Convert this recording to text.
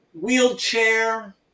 wheelchair